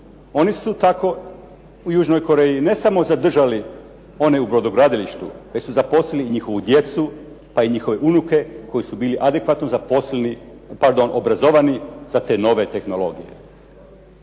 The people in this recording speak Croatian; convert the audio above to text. Oni su tako u južnoj Koreji, ne samo zadržali one u brodogradilištu, već su zaposlili njihovu djecu pa i njihove unuke koji su bili adekvatno zaposleni, pardon obrazovani za te nove tehnologije.